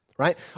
right